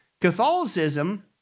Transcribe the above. Catholicism